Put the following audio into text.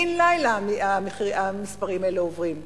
בן-לילה המספרים האלה עוברים.